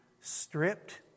stripped